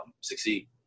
succeed